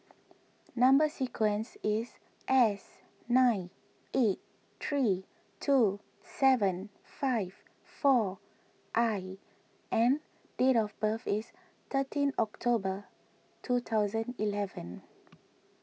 Number Sequence is S nine eight three two seven five four I and date of birth is thirteen October two thousand eleven